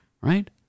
right